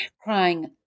crying